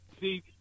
See